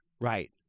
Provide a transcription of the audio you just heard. Right